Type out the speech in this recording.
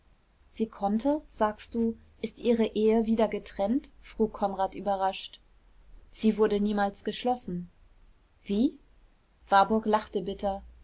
sie konnte sagst du ist ihre ehe wieder getrennt frug konrad überrascht sie wurde niemals geschlossen wie warburg lachte bitter